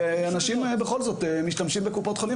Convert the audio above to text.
ואנשים בכל זאת משתמשים בקופות חולים,